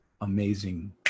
amazing